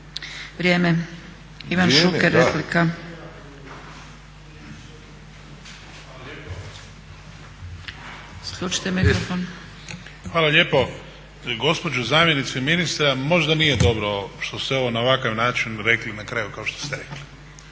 Hvala lijepo. Gospođo zamjenice ministra možda nije dobro što ste ovo na ovakav način rekli na kraju kao što ste rekli.